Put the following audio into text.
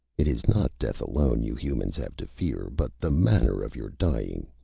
it is not death alone you humans have to fear, but the manner of your dying.